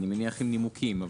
אני מניח עם נימוקים.